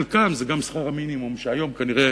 שחלק מהם זה גם שכר המינימום, שהיום הוא כנראה